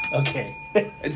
Okay